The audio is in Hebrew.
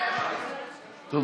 גפני, רק את החרדים.